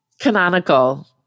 Canonical